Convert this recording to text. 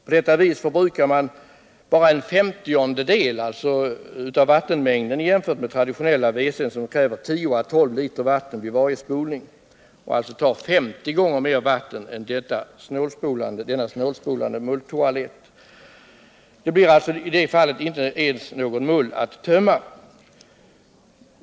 På detta sätt förbrukar man bara en femtiondel av den vattenmängd som används vid traditionell WC, som kräver 10-121 vatten vid varje spolning, alltså 50 gånger mer vatten än denna snålspolande mulltoalett. Det blir alltså i detta fall inte någon mull att tömma.